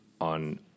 on